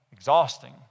exhausting